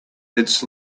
its